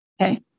Okay